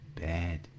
bad